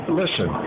listen